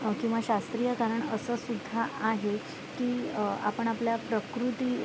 किंवा शास्त्रीय कारण असं सुद्धा आहे की आपण आपल्या प्रकृती